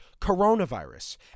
Coronavirus